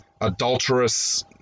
adulterous